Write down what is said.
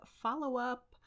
Follow-Up